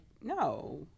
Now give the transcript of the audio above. no